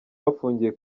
bafungiye